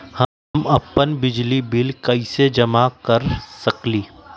हम अपन बिजली बिल कैसे जमा कर सकेली?